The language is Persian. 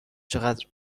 چقد